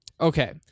Okay